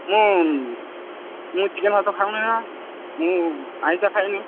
ମୁଁ ମୁଁ ଚିକେନ୍ ଭାତ ଖାଉନି ନା ମୁଁ ଆଇଁଷ ଖାଏନି